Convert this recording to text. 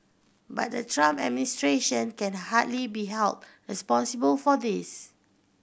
but the Trump administration can hardly be held responsible for this